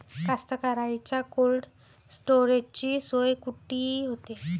कास्तकाराइच्या कोल्ड स्टोरेजची सोय कुटी होते?